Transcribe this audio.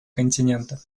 континента